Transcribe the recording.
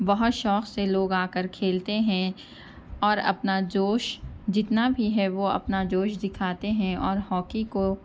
بہت شوق سے لوگ آ کر کھیلتے ہیں اور اپنا جوش جتنا بھی ہے وہ اپنا جوش دکھاتے ہیں اور ہاکی کو